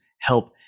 help